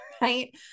right